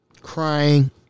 crying